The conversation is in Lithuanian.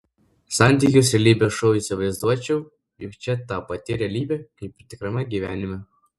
santykius realybės šou įsivaizduočiau juk čia ta pati realybė kaip ir tikrame gyvenime